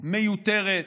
מיותרת,